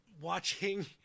watching